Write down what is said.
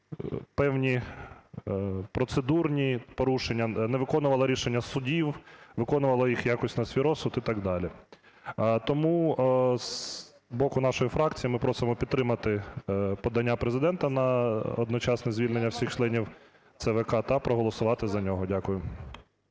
певні процедурні порушення, не виконувала рішення судів, виконувала їх якось на свій розсуд і так далі. Тому з боку нашої фракції ми просимо підтримати подання Президента на одночасне звільнення всіх членів ЦВК та проголосувати за нього. Дякую.